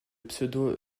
pseudo